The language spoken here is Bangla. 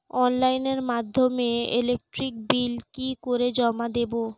অনলাইনের মাধ্যমে ইলেকট্রিক বিল কি করে জমা দেবো?